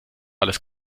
alles